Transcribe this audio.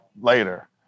later